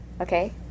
Okay